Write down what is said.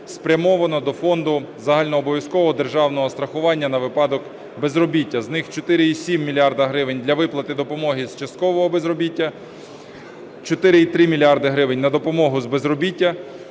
спрямовано до Фонду загальнообов'язкового державного страхування на випадок безробіття. З них 4,7 мільярда гривень – для виплати допомоги з часткового безробіття, 4,3 мільярда гривень – на допомогу з безробіття.